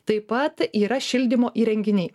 taip pat yra šildymo įrenginiai